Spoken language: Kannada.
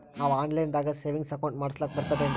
ನಾವು ಆನ್ ಲೈನ್ ದಾಗ ಸೇವಿಂಗ್ಸ್ ಅಕೌಂಟ್ ಮಾಡಸ್ಲಾಕ ಬರ್ತದೇನ್ರಿ?